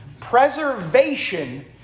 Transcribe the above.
Preservation